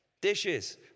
Dishes